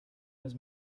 was